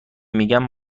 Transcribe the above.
میگم